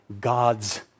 God's